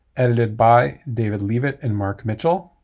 edited by david leavitt and mark mitchell,